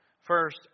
First